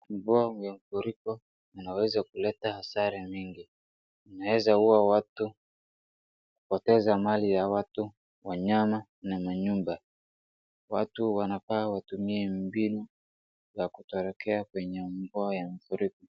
Mvua ya mfuriko inaweza kuleta hasara mingi inaeza ua watu kupoteza mali ya watu wanyama na manyumba. Watu wanafaa watumie mbinu za kutorokea kwenye mvua ya mafuriko.